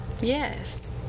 yes